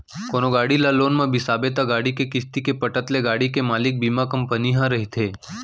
कोनो गाड़ी ल लोन म बिसाबे त गाड़ी के किस्ती के पटत ले गाड़ी के मालिक बीमा कंपनी ह रहिथे